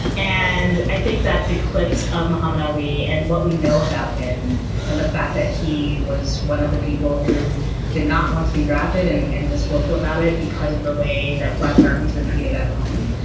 and i think that the clips of muhammad ali and what we know about him and the fact that he was one of the people who did not want to be drafted and and was vocal about it because of the way that black americans were treated at home.